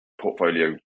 portfolio